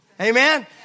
Amen